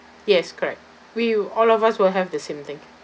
yes correct we all of us will have the same thing